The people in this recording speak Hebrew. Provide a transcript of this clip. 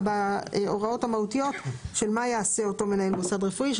בהוראות המהותיות של מה יעשה אותו מנהל מוסד רפואי.